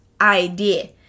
idea